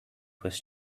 was